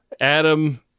Adam